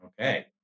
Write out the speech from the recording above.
Okay